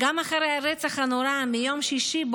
גם אחרי הרצח הנורא מיום שישי,